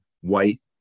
white